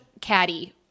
caddy